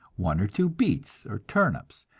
one or two beets or turnips,